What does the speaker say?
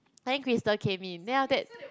then Crystal came in then after that